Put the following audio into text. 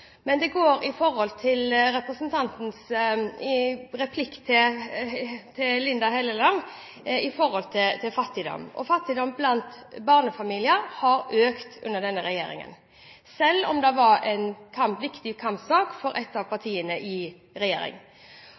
men det går på representantens replikk til Linda C. Hofstad Helleland om fattigdom. Fattigdom blant barnefamilier har økt under denne regjeringen, selv om det var en viktig kampsak for ett av partiene i